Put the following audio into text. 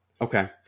Okay